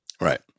Right